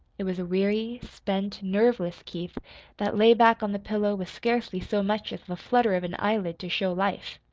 it was a weary, spent, nerveless keith that lay back on the pillow with scarcely so much as the flutter of an eyelid to show life.